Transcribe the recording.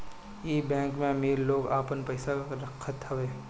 इ बैंक में अमीर लोग आपन पईसा रखत हवे